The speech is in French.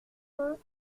points